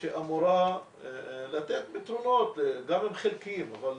שאמורה לתת פתרונות, גם אם חלקיים, אבל